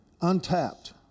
untapped